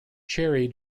cherry